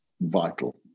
vital